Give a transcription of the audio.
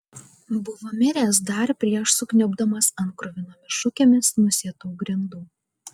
buvo miręs dar prieš sukniubdamas ant kruvinomis šukėmis nusėtų grindų